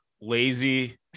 Lazy